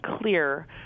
clear